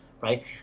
right